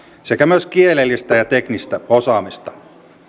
sekä myös kielellistä ja teknistä osaamista